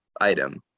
item